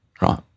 right